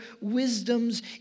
wisdom's